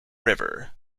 river